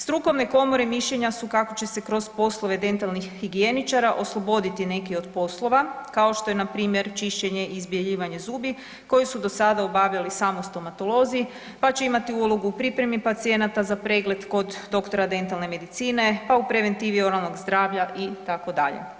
Strukovne komore mišljenja su kako će se kroz poslove dentalnih higijeničara osloboditi neki od poslova kao što je npr. čišćenje i izbjeljivanje zubi koji su do sada obavljali samo stomatolozi pa će imati ulogu u pripremi pacijenata za pregled kod doktora dentalne medicine, pa u preventivi oralnog zdravlja itd.